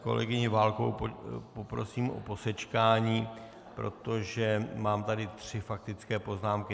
Kolegyni Válkovou poprosím o posečkání, protože tady mám tři faktické poznámky.